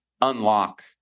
unlock